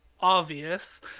obvious